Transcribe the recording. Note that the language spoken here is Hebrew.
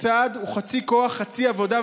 הצעד הוא חצי כוח, חצי עבודה.